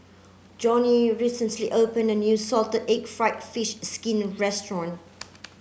Joni recently opened a new salted egg fried fish skin restaurant